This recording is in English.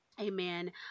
amen